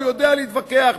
הוא יודע להתווכח,